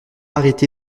arrêté